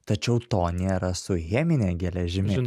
tačiau to nėra su chemine geležimi